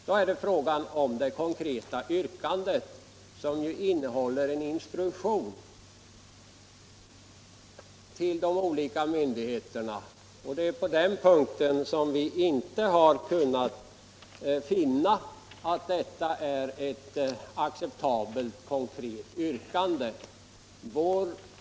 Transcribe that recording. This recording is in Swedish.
Då gäller frågan det konkreta yrkandet, som innehåller en instruktion till de olika myndigheterna. Vi har inte kunnat finna att detta är ett acceptabelt konkret yrkande.